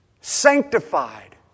sanctified